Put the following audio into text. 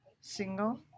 Single